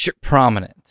Prominent